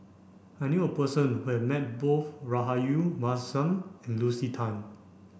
I knew a person who have met both Rahayu Mahzam and Lucy Tan